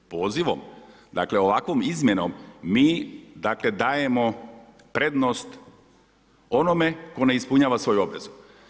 Pozivom, dakle ovakvom izmjenom mi dakle dajemo prednost onome tko ne ispunjava svoju obvezu.